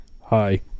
Hi